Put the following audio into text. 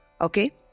Okay